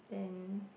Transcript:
then